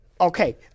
Okay